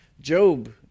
Job